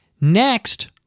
Next